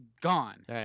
gone